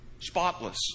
spotless